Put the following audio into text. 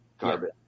Garbage